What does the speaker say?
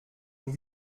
nous